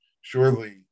surely